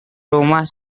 rumah